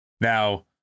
Now